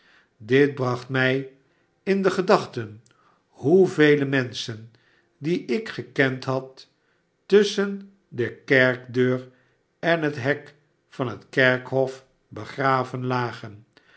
dit bracht mij in de gedachten hoevele menschen die ik gekend had tusschen de kerkdeur en het hek van het kerkhof begraven lagen